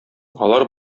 алар